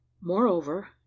Moreover